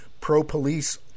pro-police